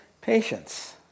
Patience